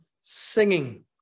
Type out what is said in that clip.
singing